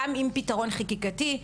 גם אם פתרון חקיקתי.